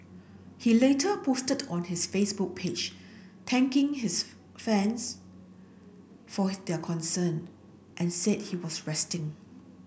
he later posted on his Facebook page thanking his fans for their concern and said he was resting